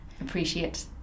appreciate